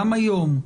גם היום,